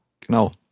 Genau